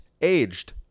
aged